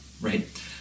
right